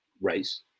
race